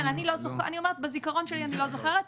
אני לא זוכרת.